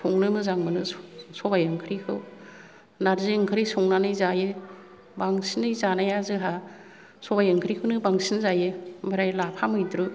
संनो मोजां मोनो सबाइ ओंख्रिखौ नारजि ओंख्रि संनानै जायो बांसिनै जानाया जोंहा सबाइ ओंख्रिखौनो बांसिन जायो ओमफ्राइ लाफा मैद्रु